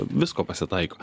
visko pasitaiko